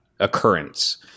occurrence